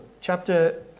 chapter